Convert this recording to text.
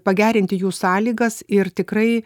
pagerinti jų sąlygas ir tikrai